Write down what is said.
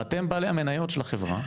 אתם בעלי המניות של החברה.